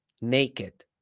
naked